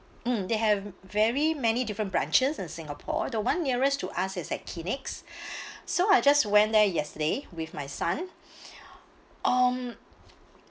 mm they have very many different branches in singapore the [one] nearest to us is at Kinex so I just went there yesterday with my son um